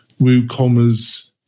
WooCommerce